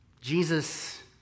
Jesus